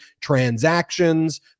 transactions